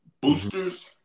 boosters